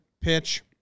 pitch